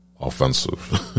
offensive